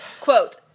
Quote